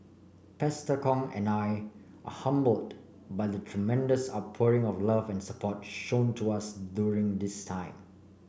Pastor Kong and I are humbled by the tremendous outpouring of love and support shown to us during this time